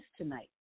tonight